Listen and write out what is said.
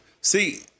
See